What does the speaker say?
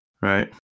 right